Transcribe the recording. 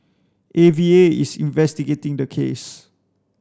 A V A is investigating the case